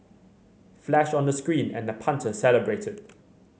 flash on the screen and the punter celebrated